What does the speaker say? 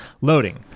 loading